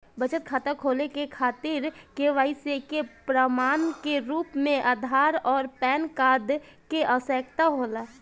बचत खाता खोले के खातिर केवाइसी के प्रमाण के रूप में आधार आउर पैन कार्ड के आवश्यकता होला